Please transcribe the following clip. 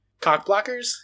Cockblockers